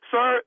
Sir